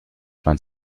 man